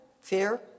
Fear